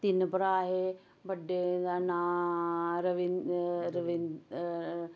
तिन्न भ्रा हे बड्डें हा नांऽ रविन रविन